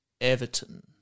Everton